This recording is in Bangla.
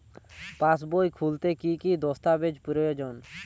পাসবই খুলতে কি কি দস্তাবেজ প্রয়োজন?